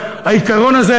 העיקרון הזה,